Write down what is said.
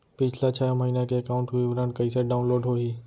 पिछला छः महीना के एकाउंट विवरण कइसे डाऊनलोड होही?